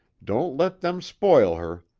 don't let them spoil her!